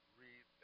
read